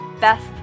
best